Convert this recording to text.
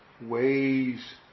ways